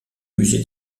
musée